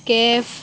केफ